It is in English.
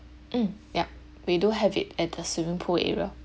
mm ya we do have it at the swimming pool area